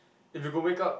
if you could wake up